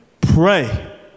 pray